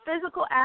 physical